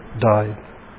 died